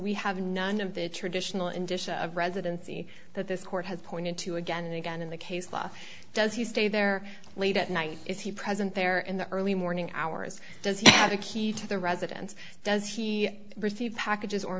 we have none of the traditional and dishes of residency that this court has pointed to again and again in the case law does he stay there late at night is he present there in the early morning hours does he have a key to the residence does he received packages o